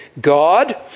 God